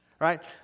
Right